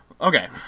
Okay